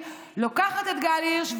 לוקחת את גל הירש,